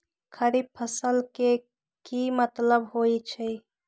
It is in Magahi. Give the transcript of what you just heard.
खरीफ फसल के की मतलब होइ छइ?